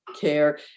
care